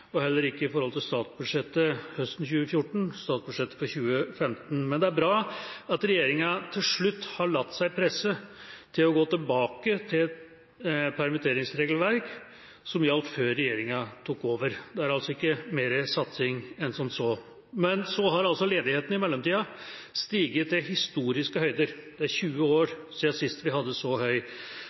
og heller ikke i statsbudsjettet høsten 2014, statsbudsjettet for 2015. Men det er bra at regjeringa til slutt har latt seg presse til å gå tilbake til et permitteringsregelverk som gjaldt før regjeringa tok over. Det er altså ikke mer satsing enn som så. Men så har ledigheten i mellomtida steget til historiske høyder. Det er 20 år siden sist vi hadde så høy